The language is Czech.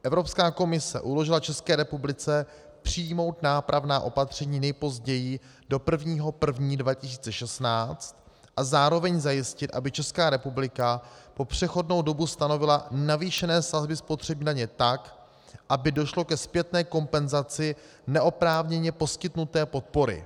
Evropská komise uložila České republice přijmout nápravná opatření nejpozději do 1. 1. 2016 a zároveň zajistit, aby Česká republika po přechodnou dobu stanovila navýšené sazby spotřební daně tak, aby došlo ke zpětné kompenzaci neoprávněně poskytnuté podpory.